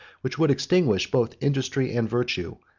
which would extinguish both industry and virtue,